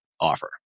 offer